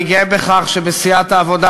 אני גאה בכך שבסיעת העבודה,